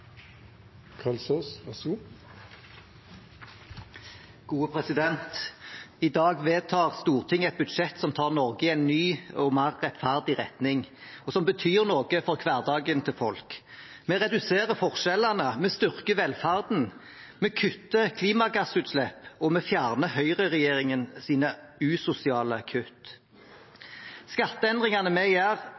I dag vedtar Stortinget et budsjett som tar Norge i en ny og mer rettferdig retning, og som betyr noe for hverdagen til folk. Vi reduserer forskjellene, vi styrker velferden, vi kutter klimagassutslipp, og vi fjerner høyreregjeringens usosiale kutt. Skatteendringene vi gjør,